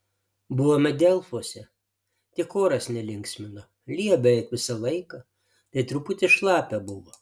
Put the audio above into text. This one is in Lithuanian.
buvome delfuose tik oras nelinksmino lijo beveik visą laiką tai truputį šlapia buvo